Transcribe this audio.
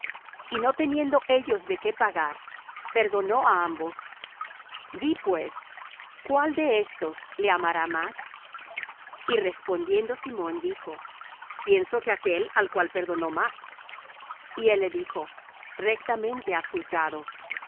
y no teniendo ellos de qué pagar perdonó á ambos di pues cuál de éstos le amará más y respondiendo simón dijo pienso que aquél al cual perdonó más y él le dijo rectamente has juzgado